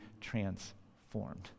transformed